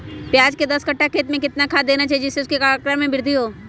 प्याज के दस कठ्ठा खेत में कितना खाद देना चाहिए जिससे उसके आंकड़ा में वृद्धि हो?